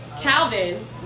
Calvin